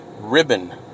ribbon